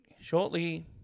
Shortly